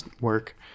work